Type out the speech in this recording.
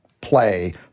play